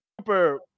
super